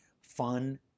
fun